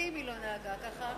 שנים היא לא נהגה כך.